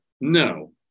No